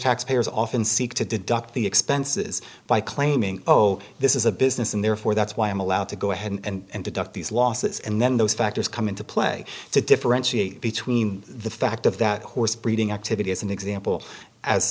taxpayers often seek to deduct the expenses by claiming oh this is a business and therefore that's why i'm allowed to go ahead and deduct these losses and then those factors come into play to differentiate between the fact of that horse breeding activity as an example as